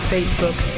Facebook